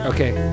Okay